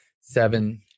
seven